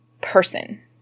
person